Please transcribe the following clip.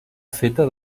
feta